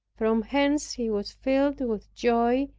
from whence he was filled with joy,